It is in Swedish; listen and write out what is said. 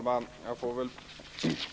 Herr talman!